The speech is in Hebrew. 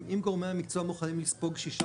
אם גורמי המקצוע מוכנים לספוג ששה